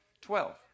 Twelve